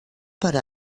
per